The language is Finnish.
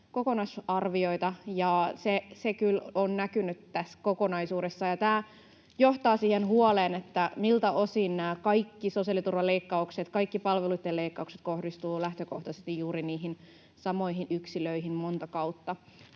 kokonaisarvioita. Se kyllä on näkynyt tässä kokonaisuudessa, ja tämä johtaa siihen huoleen, että miltä osin nämä kaikki sosiaaliturvaleikkaukset, kaikki palveluiden leikkaukset, kohdistuvat lähtökohtaisesti juuri niihin samoihin yksilöihin montaa kautta.